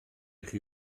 chi